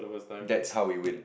that's how we win